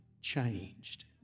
changed